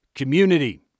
community